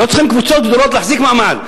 לא צריכים קבוצות גדולות בשביל להחזיק מעמד.